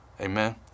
Amen